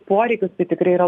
poreikius tai tikrai yra